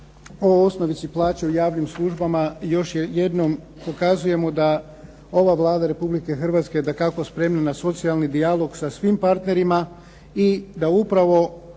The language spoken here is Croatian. o osnovici plaće u javnim službama, još jednom pokazujemo da ova Vlada Republike Hrvatske dakako spremna na socijalni dijalog sa svim partnerima i da upravo